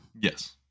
Yes